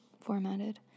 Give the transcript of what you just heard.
formatted